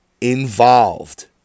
involved